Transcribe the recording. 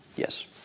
Yes